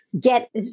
get